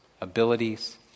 abilities